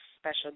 special